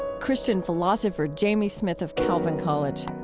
christian philosopher jamie smith of calvin college.